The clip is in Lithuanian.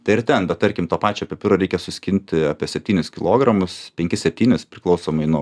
tai ir ten bet tarkim to pačio pipiro reikia suskinti apie septynis kilogramus penkis septynis priklausomai nuo